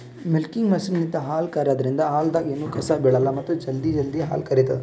milking ಮಷಿನ್ಲಿಂತ್ ಹಾಲ್ ಕರ್ಯಾದ್ರಿನ್ದ ಹಾಲ್ದಾಗ್ ಎನೂ ಕಸ ಬಿಳಲ್ಲ್ ಮತ್ತ್ ಜಲ್ದಿ ಜಲ್ದಿ ಕರಿತದ್